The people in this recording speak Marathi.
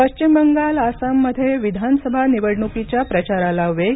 पश्चिम बंगाल आसाममध्ये विधानसभा निवडणुकीच्या प्रचाराला वेग